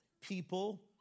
people